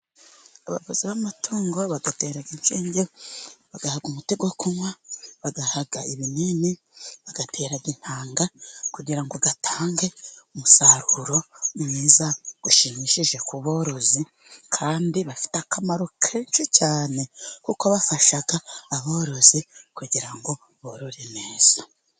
Abavuzi b'amatungo bayatera inshinge ,bayaha umuti wo kunywa, bayaha ibinini ,bayatera intanga kugira ngo atange umusaruro mwiza ushimishije ku borozi, kandi bafite akamaro kenshi cyane ,kuko bafasha aborozi kugira ngo baborore neza.